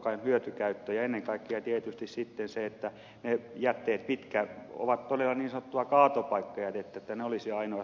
tai hyötykäyttöön ja ennen kaikkea tietysti sitten se että ne jätteet mitkä ovat todella niin sanottua kaatopaikkajätettä olisivat sitä ainoastaan